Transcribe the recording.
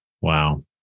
Wow